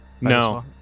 No